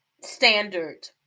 standard